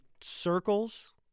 circles